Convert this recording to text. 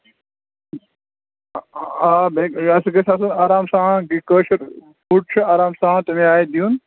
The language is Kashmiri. آ بیٚیہِ اَسہِ گژھِ آسُن آرام سان کٲشُر فُڈ چھُ آرام سان تَمہِ آیہِ دیُن